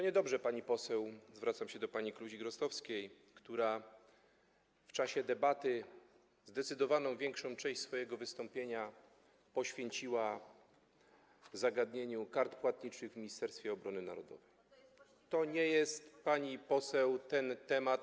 Niedobrze, pani poseł - zwracam się do pani Kluzik-Rostkowskiej, która w czasie debaty zdecydowaną, większą część swojego wystąpienia poświęciła zagadnieniu kart płatniczych w Ministerstwie Obrony Narodowej - to nie jest, pani poseł, ten temat.